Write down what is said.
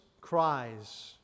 cries